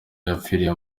yapfiriye